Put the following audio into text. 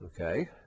okay